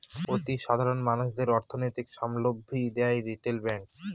অতি সাধারণ মানুষদের অর্থনৈতিক সাবলম্বী দেয় রিটেল ব্যাঙ্ক